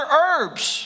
herbs